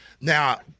Now